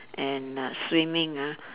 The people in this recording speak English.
and uh swimming ah